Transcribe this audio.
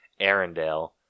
Arendelle